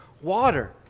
water